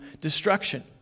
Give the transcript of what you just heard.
destruction